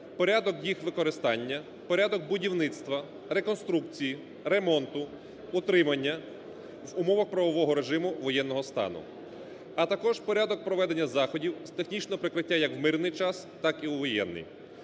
порядок їх використання, порядок будівництва, реконструкції, ремонту, утримання в умовах правового режиму воєнного стану, а також порядок проведення заходів з технічного прикриття як в мирний час, так і в воєнний.